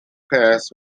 class